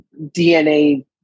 DNA